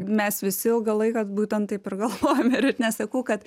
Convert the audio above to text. mes visi ilgą laiką būtent taip ir galvojam ir nesakau kad